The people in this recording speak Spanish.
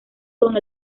con